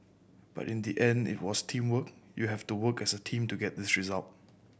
but in the end it was teamwork you have to work as a team to get this result